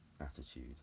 attitude